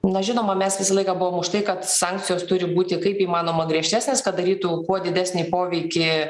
na žinoma mes visą laiką buvome už tai kad sankcijos turi būti kaip įmanoma griežtesnės kad darytų kuo didesnį poveikį